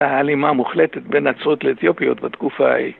ההלימה המוחלטת בין נצרות לאתיופיות בתקופה ההיא